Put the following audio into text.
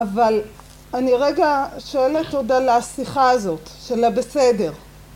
אבל אני רגע שואלת עוד על השיחה הזאת של הבסדר